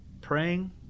praying